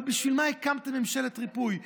אבל בשביל מה הקמתם ממשלת ריפוי?